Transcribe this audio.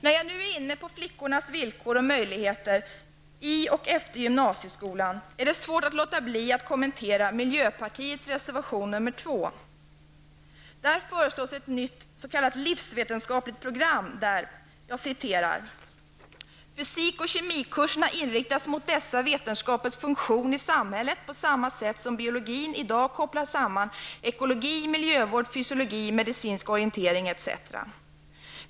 När jag nu är inne på flickornas villkor och möjligheter i och efter gymnasieskolan, är det svårt att låta bli att kommentera miljöpartiets reservation nr 2. Där föreslås ett nytt livsvetenskapligt program. Jag citerar: ''Fysik och kemikurserna inriktas mot dessa vetenskapers funktion i samhället på samma sätt som biologin i dag kopplar samman ekologi -- miljövård, fysiologi -- medicinsk orientering, etc.